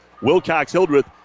Wilcox-Hildreth